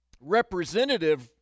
representative